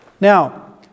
now